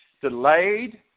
delayed